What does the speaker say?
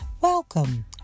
Welcome